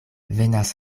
venas